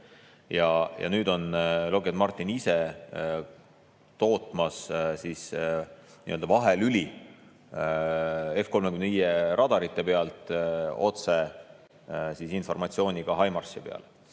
Ja nüüd on Lockheed Martin ise tootmas vahelüli F‑35 radarite pealt otse informatsiooniga HIMARS‑i peale.